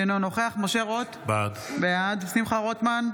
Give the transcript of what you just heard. אינו נוכח משה רוט, בעד שמחה רוטמן,